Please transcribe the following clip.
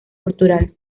cultural